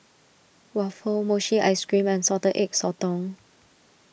Waffle Mochi Ice Cream and Salted Egg Sotong